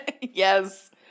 yes